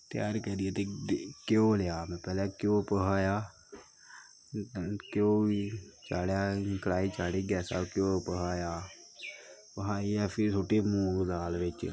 त्यार करियै ते घ्यो लेआ में पैह्लें घ्यो भखाया घ्यो गी चाढ़ेआ कड़ाही चाढ़ी पर घ्यो भखाया भखाइयै फिर सुट्टी मूंग दाल बिच्च